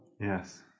Yes